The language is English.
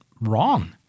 wrong